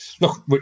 look